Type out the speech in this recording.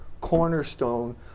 cornerstone